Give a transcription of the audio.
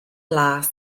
las